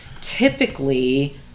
typically